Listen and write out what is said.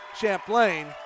Champlain